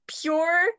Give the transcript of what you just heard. pure